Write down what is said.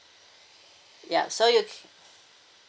ya so you c~